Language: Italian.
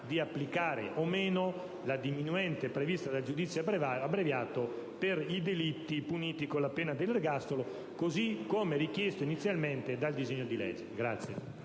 di applicare o meno la diminuente prevista dal giudizio abbreviato per i delitti puniti con la pena dell'ergastolo, così come previsto inizialmente dal disegno di legge.